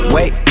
Wait